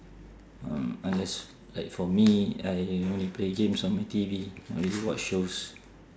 um unless like for me I only play games on my T_V or maybe watch shows